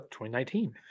2019